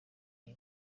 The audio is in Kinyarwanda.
iyi